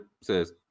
says